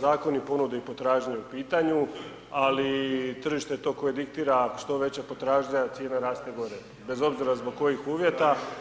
zakoni ponude i potražnje u pitanju, ali tržište je to koje diktira što veća potražnja cijena raste gore, bez obzira zbog kojih uvjeta.